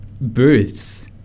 booths